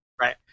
right